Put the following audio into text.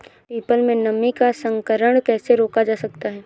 People में नीम का संकरण कैसे रोका जा सकता है?